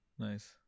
Nice